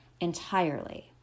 entirely